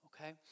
okay